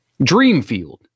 Dreamfield